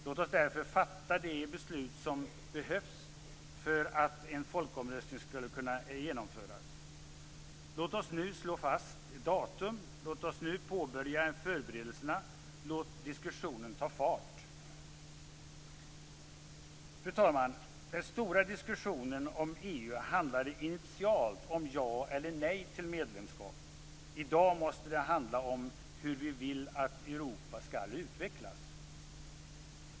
Låt oss därför fatta de beslut som behövs för att en folkomröstning skall kunna genomföras. Låt oss nu slå fast ett datum. Låt oss nu påbörja förberedelserna. Låt diskussionen ta fart. Fru talman! Den stora diskussionen om EU handlade initialt om ja eller nej till medlemskap. I dag måste den handla om hur vi vill att Europa skall utvecklas.